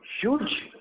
huge